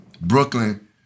Brooklyn